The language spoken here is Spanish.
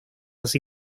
así